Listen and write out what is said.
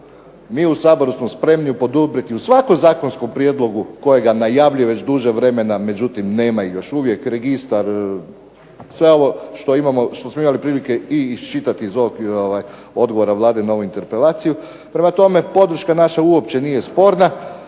smo u Saboru smo spremni ju poduprijeti u svakom zakonskom prijedlogu kojega najavljuje već duže vremena, međutim nema još uvijek registar. Sve ovo što smo imali prilike i iščitati iz ovog odgovora Vlade na ovu interpelaciju. Prema tome, podrška naša uopće nije sporna